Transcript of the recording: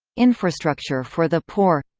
infrastructure for the poor